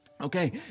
Okay